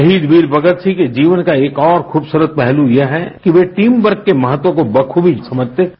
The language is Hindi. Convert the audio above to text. शहीद वीर भगतसिंह के जीवन का एक और खूबसूरत पहलू यह है कि वे टीम वर्क के महत्व को बखूबी समझते थे